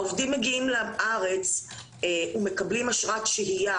העובדים מגיעים לארץ ומקבלים אשרת שהייה